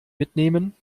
mitnehmen